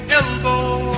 elbow